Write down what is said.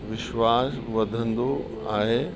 विश्वासु वधंदो आहे